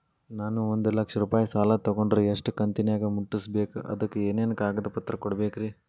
ನಾನು ಒಂದು ಲಕ್ಷ ರೂಪಾಯಿ ಸಾಲಾ ತೊಗಂಡರ ಎಷ್ಟ ಕಂತಿನ್ಯಾಗ ಮುಟ್ಟಸ್ಬೇಕ್, ಅದಕ್ ಏನೇನ್ ಕಾಗದ ಪತ್ರ ಕೊಡಬೇಕ್ರಿ?